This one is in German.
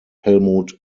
helmut